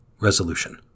Resolution